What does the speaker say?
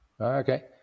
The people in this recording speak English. Okay